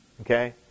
Okay